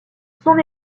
son